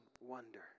wonder